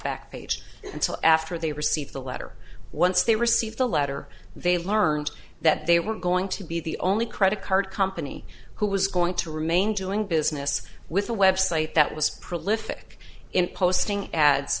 package until after they received the letter once they received the letter they learned that they were going to be the only credit card company who was going to remain doing business with a website that was prolific in posting ads